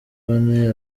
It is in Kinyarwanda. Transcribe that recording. bane